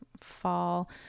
fall